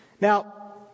Now